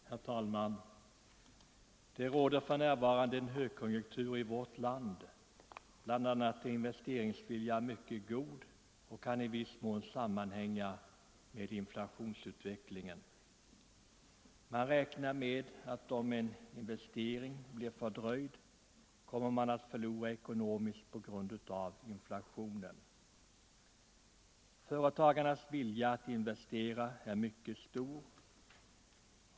Herr talman! Det råder för närvarande en högkonjunktur i vårt land. Bl. a. är investeringsviljan mycket god, och det kan i viss mån sammanhänga med inflationsutvecklingen. Man räknar med att om en investering blir fördröjd kommer man att förlora ekonomiskt på grund av inflationen. Företagarnas vilja att investera är mycket stor.